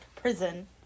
prison